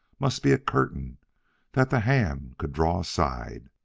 must be a curtain that the hand could draw aside,